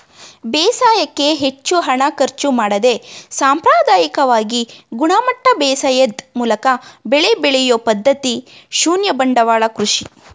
ಬೇಸಾಯಕ್ಕೆ ಹೆಚ್ಚು ಹಣ ಖರ್ಚು ಮಾಡದೆ ಸಾಂಪ್ರದಾಯಿಕವಾಗಿ ಗುಣಮಟ್ಟ ಬೇಸಾಯದ್ ಮೂಲಕ ಬೆಳೆ ಬೆಳೆಯೊ ಪದ್ಧತಿ ಶೂನ್ಯ ಬಂಡವಾಳ ಕೃಷಿ